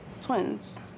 Twins